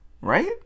Right